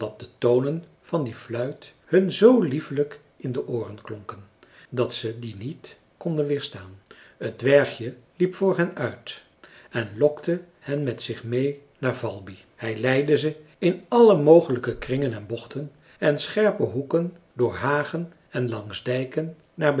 de tonen van die fluit hun z liefelijk in de ooren klonken dat ze die niet konden weerstaan het dwergje liep voor hen uit en lokte hen met zich meê naar valby hij leidde ze in alle mogelijke kringen en bochten en scherpe hoeken door hagen en langs dijken naar